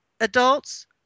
Adults